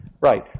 Right